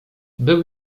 był